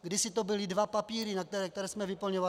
Kdysi to byly dva papíry, které jsme vyplňovali.